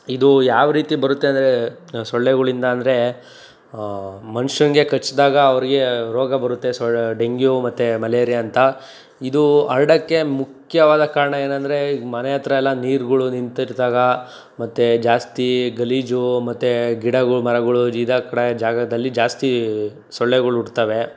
ಇದು ಯಾವ ರೀತಿ ಬರುತ್ತೆ ಅಂದರೆ ಸೊಳ್ಳೆಗಳಿಂದ ಅಂದರೆ ಮನುಷ್ಯಂಗೆ ಕಚ್ದಾಗ ಅವ್ರಿಗೆ ರೋಗ ಬರುತ್ತೆ ಸೊಳ್ಳೆ ಡೆಂಗ್ಯೂ ಮತ್ತು ಮಲೇರಿಯಾ ಅಂತ ಇದು ಹರ್ಡಕ್ಕೆ ಮುಖ್ಯವಾದ ಕಾರಣ ಏನಂದರೆ ಈಗ ಮನೆ ಹತ್ರ ಎಲ್ಲ ನೀರ್ಗುಳು ನಿಂತಿದ್ದಾಗ ಮತ್ತು ಜಾಸ್ತಿ ಗಲೀಜು ಮತ್ತು ಗಿಡಗಳು ಮರಗಳು ಇದಾವೆ ಕಡೆ ಜಾಗದಲ್ಲಿ ಜಾಸ್ತಿ ಸೊಳ್ಳೆಗಳ್ ಹುಟ್ತಾವೆ